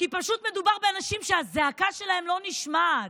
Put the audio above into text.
כי פשוט מדובר באנשים שהזעקה שלהם לא נשמעת.